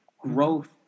growth